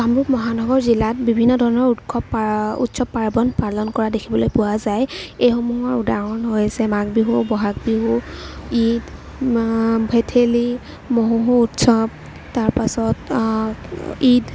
কামৰূপ মহানগৰ জিলাত বিভিন্ন ধৰণৰ উৎসৱ পাৰ্বণ পালন কৰা দেখিবলৈ পোৱা যায় এইসমূহৰ উদাহৰণ হৈছে মাঘ বিহু ব'হাগ বিহু ঈদ ভেঠেলি মহোহো উৎসৱ তাৰ পাছত ঈদ